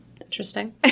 Interesting